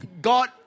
God